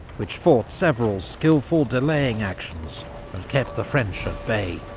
which fought several, skilful delaying actions and kept the french at bay.